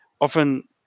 often